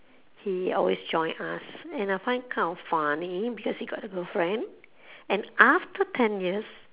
he always join us and I find kind of funny because he got a girlfriend and after ten years